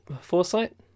foresight